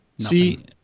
See